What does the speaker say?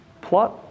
plot